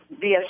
via